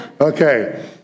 Okay